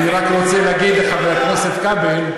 אני רק רוצה להגיד לחבר הכנסת כבל,